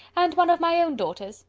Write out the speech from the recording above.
and one of my own daughters.